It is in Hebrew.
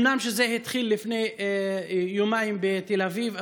אומנם זה התחיל לפני יומיים בתל אביב,